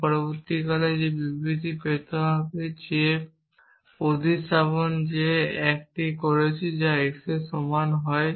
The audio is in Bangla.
আমি পরিবর্তে যে বিবৃতি পেতে হবে যে প্রতিস্থাপন যে আমি এখানে করছি x জন্য যা হয়